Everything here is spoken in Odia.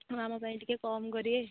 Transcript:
ହଁ ଆମ ପାଇଁ ଟିକେ କମ୍ କରିବେ